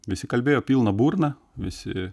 visi kalbėjo pilna burna visi